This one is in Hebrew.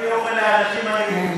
בשביל לתת לרווחה.